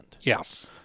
Yes